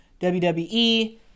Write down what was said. WWE